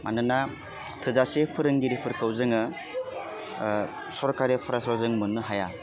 मानोना थोजासे फोरोंगिरिफोरखौ जोङो सरखारि फरायसालियाव जों मोन्नो हाया